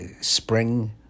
Spring